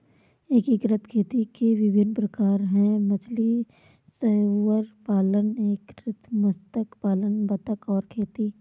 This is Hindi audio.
एकीकृत खेती के विभिन्न प्रकार हैं मछली सह सुअर पालन, एकीकृत मत्स्य पालन बतख और खेती